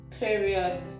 Period